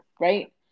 right